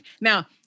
Now